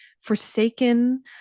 forsaken